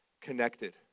connected